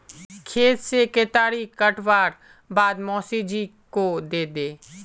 खेत से केतारी काटवार बाद मोसी जी को दे दे